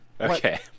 Okay